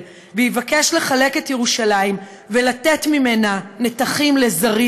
ויבקש לחלק את ירושלים ולתת נתחים ממנה לזרים,